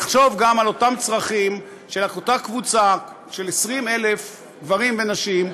נחשוב גם על הצרכים של אותה קבוצה של 20,000 גברים ונשים,